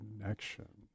connection